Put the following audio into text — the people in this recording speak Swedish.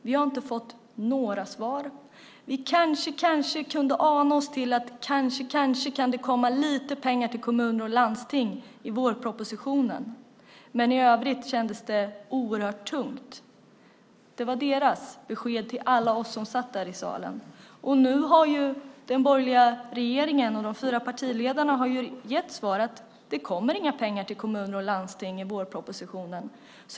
Vi har inte fått några svar. Vi kanske kunde ana oss till att det kanske, kanske kan komma lite pengar till kommuner och landsting i vårpropositionen. I övrigt kändes det oerhört tungt. Det var deras besked till alla oss som satt där i salen. Nu har den borgerliga regeringen och de fyra partiledarna gett svaret. Det kommer inga pengar till kommuner och landsting i vårpropositionen.